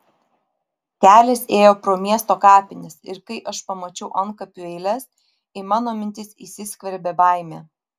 kelias ėjo pro miesto kapines ir kai aš pamačiau antkapių eiles į mano mintis įsiskverbė baimė